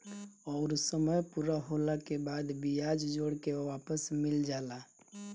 अउर समय पूरा होला के बाद बियाज जोड़ के वापस मिल जाला